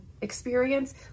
experience